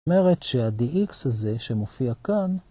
זאת אומרת שה-dx הזה שמופיע כאן,